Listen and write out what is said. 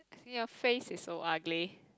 I think your face is so ugly